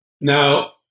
Now